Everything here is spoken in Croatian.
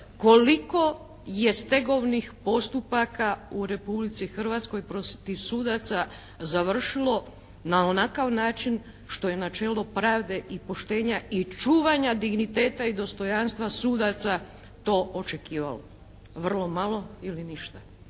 koliko je stegovnih postupaka u Republici Hrvatskoj tih sudaca završilo na onakav način što je načelo pravde i poštenja i čuvanja digniteta i dostojanstva sudaca to očekivalo. Vrlo malo ili ništa.